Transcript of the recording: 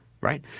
Right